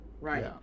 Right